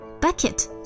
bucket